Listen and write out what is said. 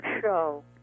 show